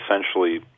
essentially